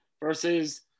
versus